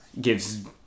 gives